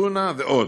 טונה ועוד.